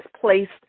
placed